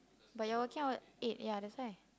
but your working hour eight ya that's why